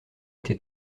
été